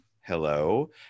Hello